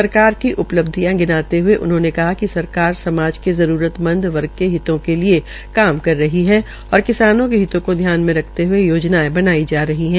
सरकार की उपलब्धियां गिनाते हये उन्होंने कहा कि सरकार समाज के जरूरत मंद वर्ग के हितों के लिये काम कर रही है और और किसानों के हितो को ध्यान मे रख कर योजनायें बनाये जा रही है